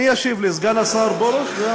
מי ישיב לי, סגן השר פרוש?